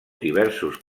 diversos